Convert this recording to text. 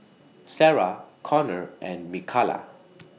Sara Connor and Mikala